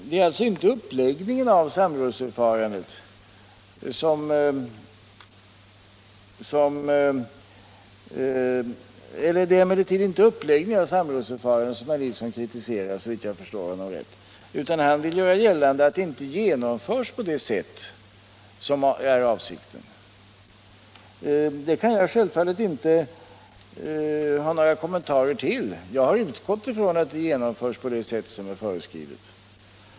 Om jag förstår herr Nilsson i Tvärålund rätt är det emellertid inte uppläggningen av samrådsförfarandet som han kritiserar, utan han vill göra gällande att samrådsförfarandet inte genomförs på det sätt som avsetts. Detta kan jag självfallet inte kommentera, eftersom jag har utgått ifrån att samrådsförfarandet genomförs på det sätt som är föreskrivet.